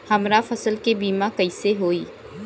हमरा फसल के बीमा कैसे होई?